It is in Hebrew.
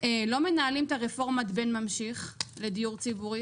לא מנהלים את רפורמת הבין ממשיך לדיון ציבורי,